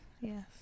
Yes